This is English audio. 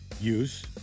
use